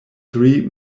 three